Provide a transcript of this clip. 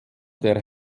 der